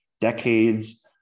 decades